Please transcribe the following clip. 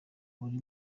uri